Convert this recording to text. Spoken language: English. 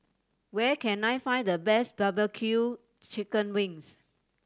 where can I find the best barbecue chicken wings